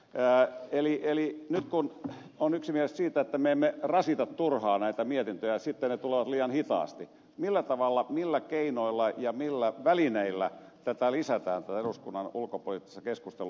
eli nyt kun on yksimielisyys siitä että me emme rasita turhaan näitä mietintöjä sitten ne tulevat liian hitaasti niin millä tavalla millä keinoilla ja millä välineillä lisätään tätä eduskunnan ulkopoliittista keskustelua